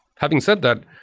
having said that,